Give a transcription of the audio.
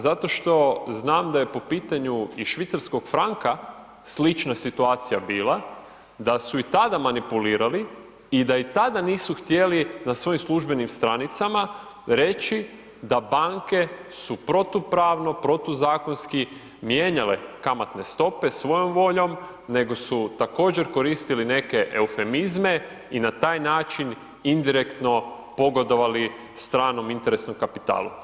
Zato što znam da je po pitanju i švicarskog franka slična situacija bila, da su i tada manipulirali i da i tada nisu htjeli na svojim službenim stranicama reći da banke su protupravno, protuzakonski mijenjale kamatne stope svojom voljom nego su također koristili neke eufemizme i na taj način indirektno pogodovali stranom interesnom kapitalu.